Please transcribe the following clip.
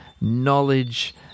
knowledge